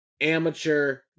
amateur